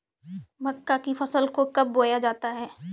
मक्का की फसल को कब बोया जाता है?